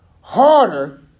harder